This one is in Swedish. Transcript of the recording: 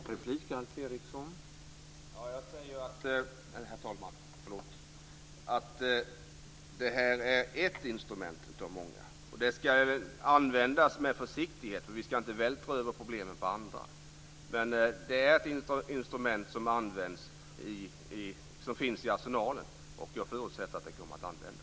Herr talman! Jag säger att det är ett instrument av många. Det ska användas med försiktighet. Vi ska inte vältra över problemen på andra. Det är ett instrument som finns i arsenalen. Jag förutsätter att det kommer att användas.